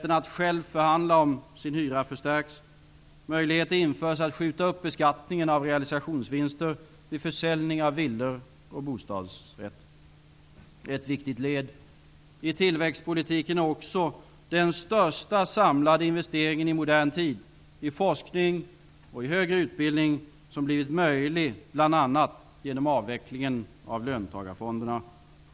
Ett viktigt led i tillväxtpolitiken är också den största samlade investeringen i modern tid i forskning och högre utbildning som blivit möjlig bl.a. genom avvecklingen av löntagarfonderna.